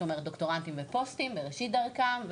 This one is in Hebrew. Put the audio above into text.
זאת אומרת דוקטורנטים ופוסטים בראשית דרכם,